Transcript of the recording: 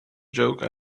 joke